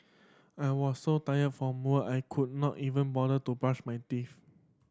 I was so tired from work I could not even bother to brush my teeth